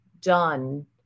done